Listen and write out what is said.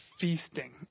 feasting